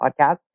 podcast